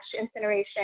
incineration